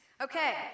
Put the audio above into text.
Okay